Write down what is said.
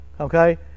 Okay